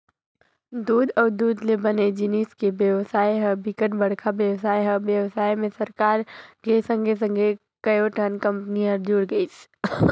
दूद अउ दूद ले बने जिनिस के बेवसाय ह बिकट बड़का बेवसाय हे, बेवसाय में सरकार के संघे संघे कयोठन कंपनी हर जुड़ गइसे